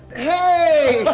hey!